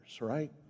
right